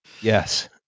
Yes